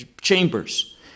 chambers